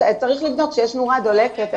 צריך לבדוק שיש נורה דולקת.